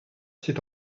c’est